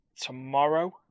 tomorrow